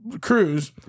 Cruz